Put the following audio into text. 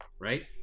Right